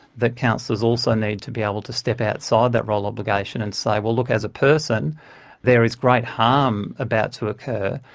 that counsellors also need to be able to step outside that role obligation and say, well, look, as a person there is great harm about to occur,